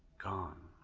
gone.